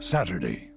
Saturday